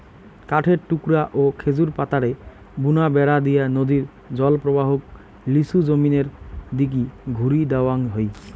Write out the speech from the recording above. কাঠের টুকরা ও খেজুর পাতারে বুনা বেড়া দিয়া নদীর জলপ্রবাহক লিচু জমিনের দিকি ঘুরি দেওয়াং হই